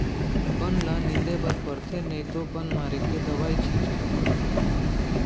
बन ल निंदे बर परथे नइ तो बन मारे के दवई छिंचे ल परथे